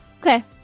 Okay